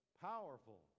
powerful